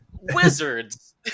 Wizards